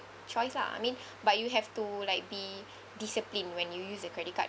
choice lah I mean but you have to like be disciplined when you use a credit card